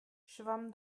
schwamm